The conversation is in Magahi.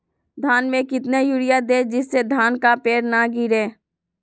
धान में कितना यूरिया दे जिससे धान का पेड़ ना गिरे?